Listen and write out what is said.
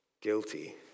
Guilty